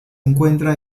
encuentra